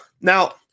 Now